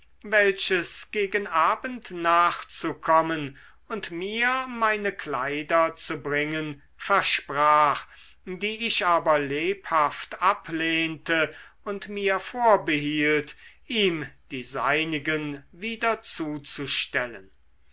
welches gegen abend nachzukommen und mir meine kleider zu bringen versprach die ich aber lebhaft ablehnte und mir vorbehielt ihm die seinigen wieder zuzustellen